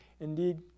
indeed